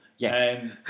Yes